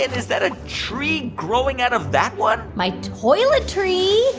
is that a tree growing out of that one? my toilet tree.